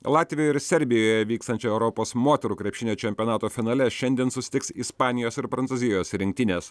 latvijoje ir serbijoje vykstančio europos moterų krepšinio čempionato finale šiandien susitiks ispanijos ir prancūzijos rinktinės